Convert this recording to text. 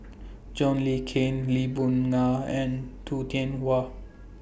John Le Cain Lee Boon Ngan and Tu Tian Yau